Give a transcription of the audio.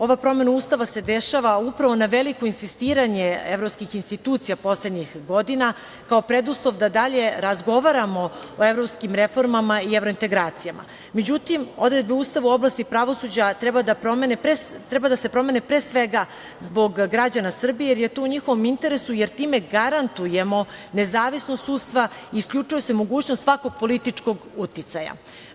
Ova promena Ustava se dešava upravo na veliko insistiranje evropskih institucija poslednjih godina, kao preduslov da dalje razgovaramo o evropskim reformama i evrointegracijama, međutim, odredbe Ustava u oblasti pravosuđa treba da se promene pre svega zbog građana Srbije, jer je to u njihovom interesu, jer time garantujemo nezavisnost sudstva, isključuje se mogućnost svakog političkog uticaja.